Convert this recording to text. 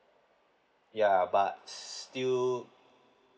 ya but still